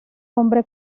hombre